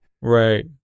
right